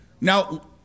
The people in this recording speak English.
Now